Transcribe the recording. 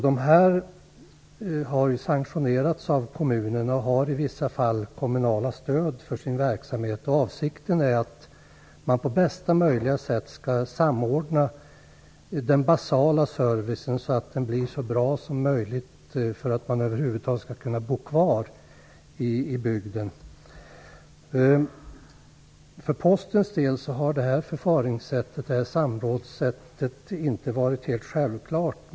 Dessa har sanktionerats av kommunerna och har i vissa fall fått kommunalt stöd för sin verksamhet. Avsikten är att man på bästa möjliga sätt skall samordna den basala servicen så att den blir så bra som möjligt för att man över huvud taget skall kunna bo kvar i bygden. För Postens del har detta förfaringssätt med samråd inte varit helt självklart.